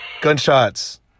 Gunshots